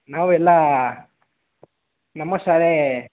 ನಾವು ಎಲ್ಲ ನಮ್ಮ ಶಾಲೆ